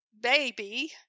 baby